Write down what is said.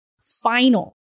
final